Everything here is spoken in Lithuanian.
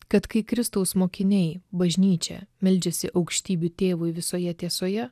kad kai kristaus mokiniai bažnyčia meldžiasi aukštybių tėvui visoje tiesoje